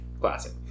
Classic